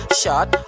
shot